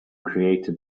created